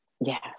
Yes